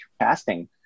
casting